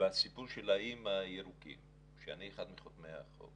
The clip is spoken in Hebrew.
בסיפור של האיים הירוקים אני אחד מחותמי החוק